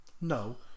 No